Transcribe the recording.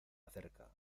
acerca